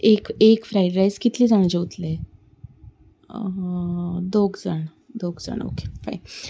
एक fried rice कितले जाणां जेवतली दोग जाण दोग जाण ओके फायन